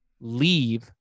leave